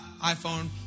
iPhone